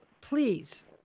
please